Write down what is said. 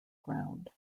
ground